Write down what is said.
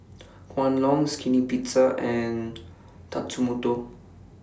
Kwan Loong Skinny Pizza and Tatsumoto